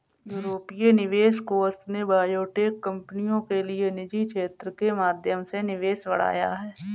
यूरोपीय निवेश कोष ने बायोटेक कंपनियों के लिए निजी क्षेत्र के माध्यम से निवेश बढ़ाया